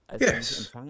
Yes